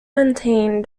maintained